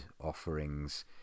offerings